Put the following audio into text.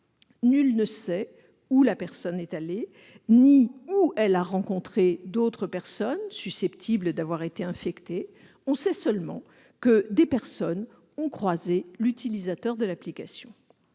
Nul ne sait où la personne est allée ni où elle a rencontré d'autres personnes susceptibles d'avoir été infectées ; on sait seulement que des personnes ont croisé l'utilisateur de l'application.